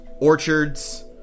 orchards